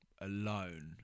alone